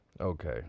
Okay